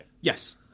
Yes